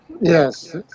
Yes